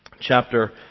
chapter